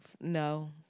no